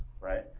Right